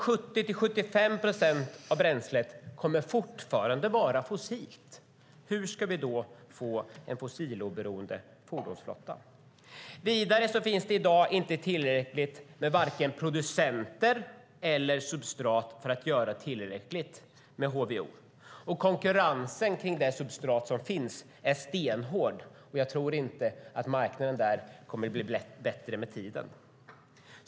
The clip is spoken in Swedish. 70-75 procent av bränslet kommer fortfarande att vara fossilt. Hur ska vi då få en fossiloberoende fordonsflotta? Vidare finns det i dag inte tillräckligt med vare sig producenter eller substrat för att göra tillräckligt med HVO, och konkurrensen om det substrat som finns är stenhård. Jag tror inte att marknaden där kommer att bli bättre med tiden.